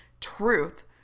truth